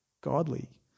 godly